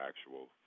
actual